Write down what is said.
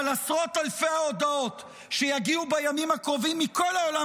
אבל עשרות אלפי ההודעות שיגיעו בימים הקרובים מכל העולם